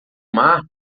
mar